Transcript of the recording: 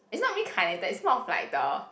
it's not reincarnated it's more of like the